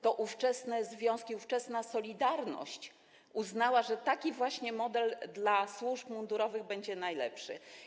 To ówczesne związki, ówczesna „Solidarność” uznała, że taki właśnie model dla służb mundurowych będzie najlepszy.